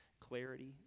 clarity